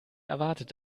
erwartet